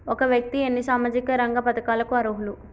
ఒక వ్యక్తి ఎన్ని సామాజిక రంగ పథకాలకు అర్హులు?